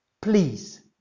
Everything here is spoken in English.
Please